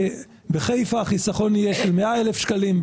בחיפה החיסכון יהיה כ-100,000 שקלים,